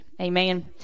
Amen